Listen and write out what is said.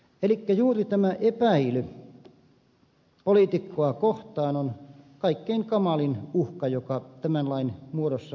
elikkä juuri tämä epäily poliitikkoa kohtaan on kaikkein kamalin uhka joka tämän lain muodossa on mahdollinen